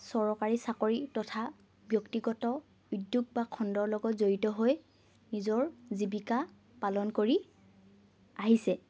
চৰকাৰী চাকৰি তথা ব্যক্তিগত উদ্যোগ বা খণ্ডৰ লগত জড়িত হৈ নিজৰ জীৱিকা পালন কৰি আহিছে